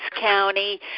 County